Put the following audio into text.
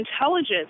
Intelligence